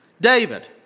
David